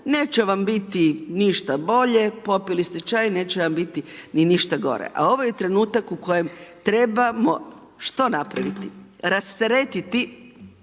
neće vam biti ništa bolje, popili ste čaj, neće vam biti ni ništa gore. A ovo je trenutak u kojem trebamo što napraviti? Rasteretiti